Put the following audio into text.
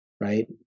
right